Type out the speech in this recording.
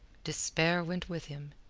despair went with him.